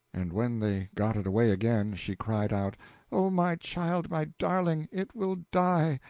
and when they got it away again, she cried out oh, my child, my darling, it will die!